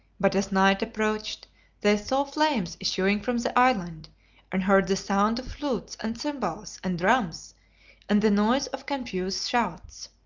but as night approached they saw flames issuing from the island and heard the sound of flutes and cymbals and drums and the noise of confused shouts.